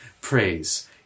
praise